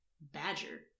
Badger